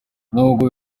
n’ubwo